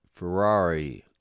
Ferrari